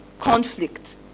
conflict